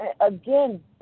again